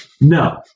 No